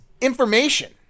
information